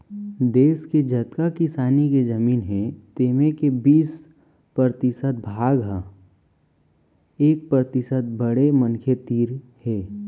देस के जतका किसानी के जमीन हे तेमा के बीस परतिसत भाग ह एक परतिसत बड़े मनखे तीर हे